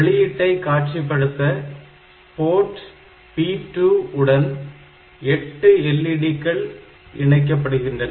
வெளியீட்டை காட்சிப்படுத்த port P2 உடன் 8 LED க்கள் இணைக்கப்படுகிறது